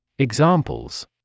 Examples